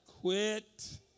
Quit